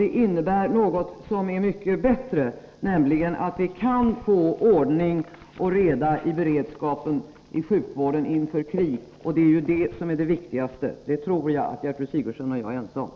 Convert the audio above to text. Det innebär också något ännu bättre, nämligen att vi kan få ordning och reda i beredskapen inom sjukvården inför krig, och det är det som är det viktigaste. Det tror jag att Gertrud Sigurdsen och jag är ense om.